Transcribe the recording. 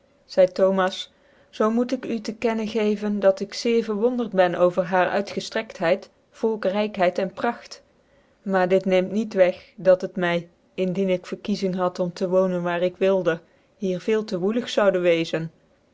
zcide thomas zoo moet ik u tc kennen geven dat ik zeer verwondert ben over haar uytgeftrektheyd volkrykhcid en pracht maar dit neemt niet weg dat het my indien ik verkiezing had om te woonen waar ik wilde hier veel te woelig zoude wezen